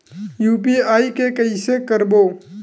UPI के कइसे करबो?